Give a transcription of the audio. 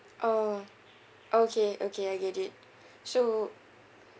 orh okay okay I get it so